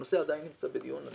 הנושא עדיין נמצא בדיון.